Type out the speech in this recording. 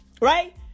Right